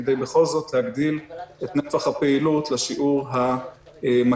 כדי בכל זאת להגדיל את נתח הפעילות לשיעור המקסימלי.